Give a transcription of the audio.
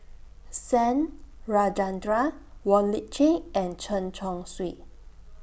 Rajendran Wong Lip Chin and Chen Chong Swee